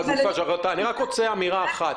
רוצה אמירה אחת: